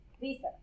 visa